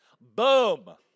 Boom